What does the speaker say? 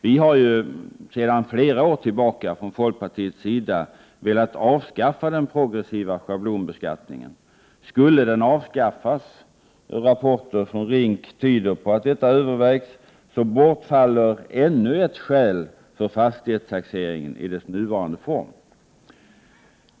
Vi har ju sedan flera år tillbaka från folkpartiets sida velat avskaffa den progressiva schablonbeskattningen. Skulle denna avskaffas — rapporter från RINK tyder på att detta övervägs — bortfaller ännu ett skäl för fastighetstaxeringen i dess nuvarande form.